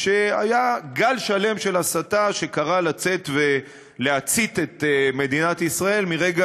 והיה גל שלם של הסתה שקרא לצאת ולהצית את מדינת ישראל מרגע